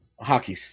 hockey